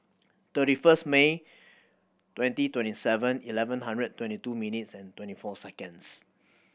thirty first May twenty twenty Seven Eleven hundred twenty two minutes and twenty four seconds